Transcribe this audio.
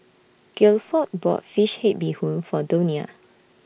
Guilford bought Fish Head Bee Hoon For Donia